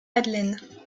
madeleine